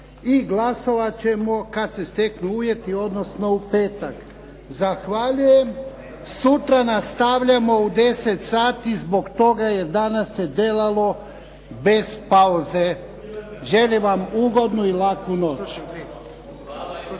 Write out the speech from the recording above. i glasovat ćemo kad se steknu uvjeti, odnosno u petak. Zahvaljujem. Sutra nastavljamo u 10 sati zbog toga jer danas se delalo bez pauze. Želim vam ugodnu i laku noć.